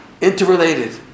interrelated